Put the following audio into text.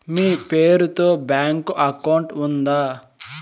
మీ పేరు తో bank account ఉందా?